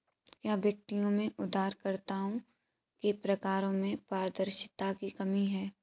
क्या व्यक्तियों में उधारकर्ताओं के प्रकारों में पारदर्शिता की कमी है?